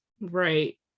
right